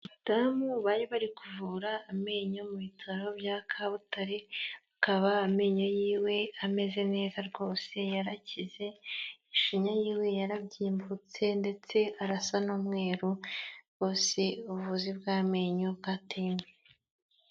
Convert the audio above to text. Umudamu bari bari kuvura amenyo mu bitaro bya Kabutare, akaba amenyo yiwe ameze neza rwose yarakize, ishinya yiwe yarabyimbutse ndetse arasa n'umweru, rwose ubuvuzi bw'amenyo bwateye imbere.